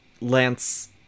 Lance